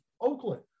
oakland